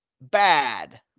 bad